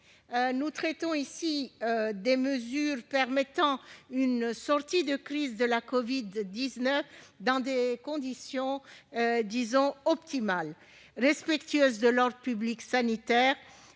nous traitons ici des mesures permettant une sortie de crise de la covid-19 dans des conditions optimales, respectueuses de l'ordre public sanitaire,